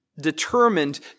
determined